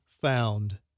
found